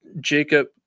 Jacob